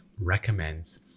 recommends